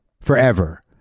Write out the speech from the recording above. forever